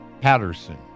Patterson